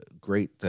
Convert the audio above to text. great